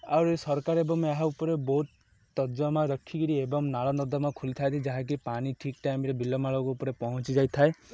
ଆହୁରି ସରକାର ଏବଂ ଏହା ଉପରେ ବହୁତ ତର୍ଜମା ରଖିକିରି ଏବଂ ନାଳନର୍ଦ୍ଦମା ଖୋଲିଥାନ୍ତି ଯାହାକି ପାଣି ଠିକ୍ ଟାଇମ୍ରେ ବିଲମାଳକୁ ଉପରେ ପହଞ୍ଚିଯାଇଥାଏ